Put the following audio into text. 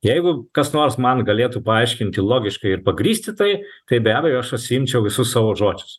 jeigu kas nors man galėtų paaiškinti logiškai ir pagrįsti tai tai be abejo atsiimčiau visus savo žodžius